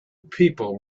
people